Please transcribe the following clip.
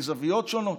מזוויות שונות,